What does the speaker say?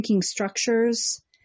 structures